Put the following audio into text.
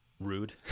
rude